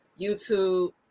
YouTube